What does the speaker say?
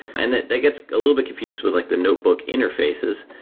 and that that gets a little bit confused with like the notebook interfaces.